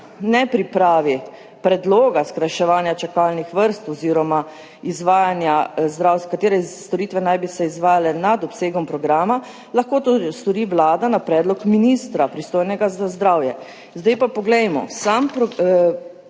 ne pripravi predloga skrajševanja čakalnih vrst oziroma katere storitve naj bi se izvajale nad obsegom programa, lahko to stori Vlada na predlog ministra, pristojnega za zdravje. Zdaj pa poglejmo. Sama novela